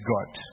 God